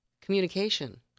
Communication